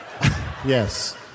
Yes